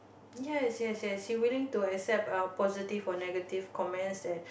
yes yes yes he willing to accept uh positive or negative comments that